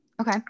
Okay